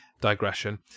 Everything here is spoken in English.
digression